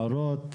הערות?